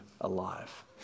alive